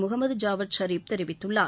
Mohammed Javad Sharif தெரிவித்துள்ளார்